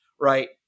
Right